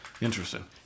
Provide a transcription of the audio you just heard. Interesting